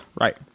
right